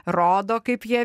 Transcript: rodo kaip jie